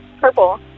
Purple